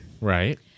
Right